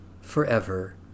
forever